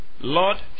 Lord